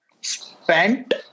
spent